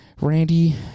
Randy